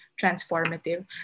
transformative